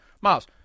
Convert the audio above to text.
Miles